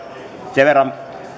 sen verran